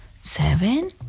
seven